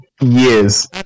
years